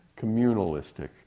communalistic